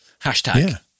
Hashtag